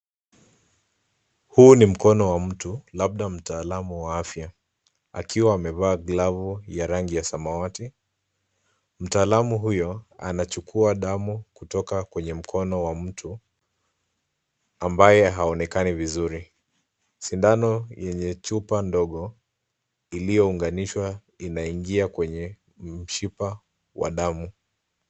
Huu ni mkono wa mtu, labda mtaalamu wa afya, akiwa amevaa glove ya rangi ya samawati, mtaalamu huyo anachukua damu kutoka kwenye mkono wa mtu ambaye haonekani vizuri, sindano yenye chupa ndogo iliyounganishwa inaingia kwenye mshipa wa damu.